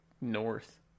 north